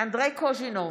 אנדרי קוז'ינוב?